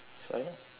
sorry